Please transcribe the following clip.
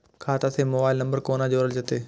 खाता से mobile number कोना जोरल जेते?